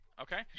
Okay